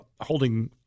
holding